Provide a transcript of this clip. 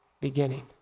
beginning